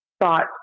thought